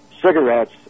cigarettes